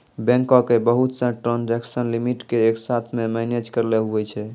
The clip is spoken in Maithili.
बैंको के बहुत से ट्रांजेक्सन लिमिट के एक साथ मे मैनेज करैलै हुवै छै